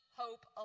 hope